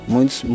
Muitos